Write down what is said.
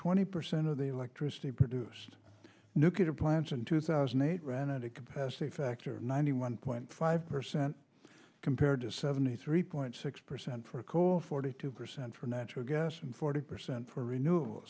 twenty percent of the electricity produced nuclear plants in two thousand and eight ran out of capacity factor ninety one point five percent compared to seventy three point six percent for coal forty two percent for natural gas and forty percent for renew